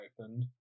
opened